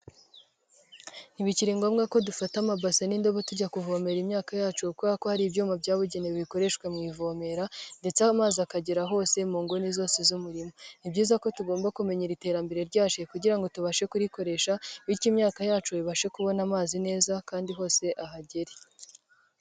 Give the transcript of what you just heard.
Ntibikiri ngombwa ko dufata amabasa n'indobo tujya kuvomereera imyaka yacu kuko ko hari ibyuma byabugenewe bikoreshwa mu ivomera ndetse amazi akagera hose muguni zose z'umurima. Ni byiza ko tugomba kumenya iterambere ryacu kugira ngo tubashe kurikoresha bityo imyaaka yacu ibashe kubona amazi neza kandi hose ahagere.